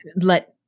let